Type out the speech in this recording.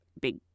big